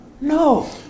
No